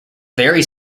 very